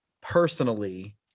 personally